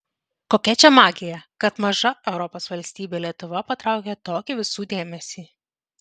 kokia čia magija kad maža europos valstybė lietuva patraukia tokį visų dėmesį